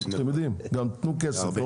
תנו גם כסף.